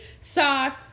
sauce